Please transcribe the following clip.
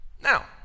Now